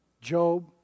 Job